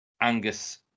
Angus